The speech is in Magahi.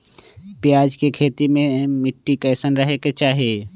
प्याज के खेती मे मिट्टी कैसन रहे के चाही?